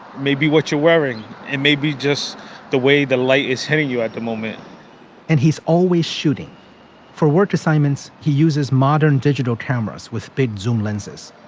maybe what you're wearing and maybe just the way the light is hitting you at the moment and he's always shooting for work assignments. he uses modern digital cameras with big zoom lenses.